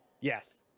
Yes